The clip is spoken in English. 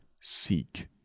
seek